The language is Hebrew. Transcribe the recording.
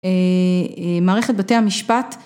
מערכת בתי המשפט.